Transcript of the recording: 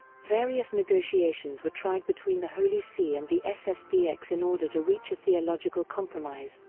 various negotiations were tried between the holy see and the sspx in order to reach a theological compromise,